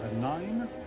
nine